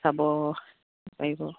চাব পাৰিব